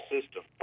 System